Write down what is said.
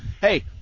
hey